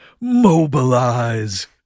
mobilize